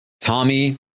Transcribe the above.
Tommy